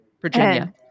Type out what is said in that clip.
Virginia